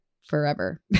forever